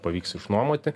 pavyks išnuomoti